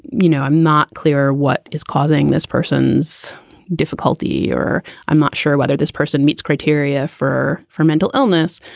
you know, i'm not clear what is causing this person's difficulty or i'm not sure whether this person meets criteria for for mental illness.